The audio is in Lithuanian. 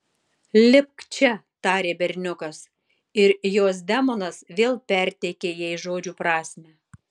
lipk čia tarė berniukas ir jos demonas vėl perteikė jai žodžių prasmę